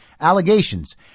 allegations